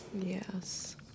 yes